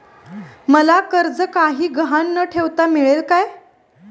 मला कर्ज काही गहाण न ठेवता मिळेल काय?